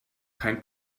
kein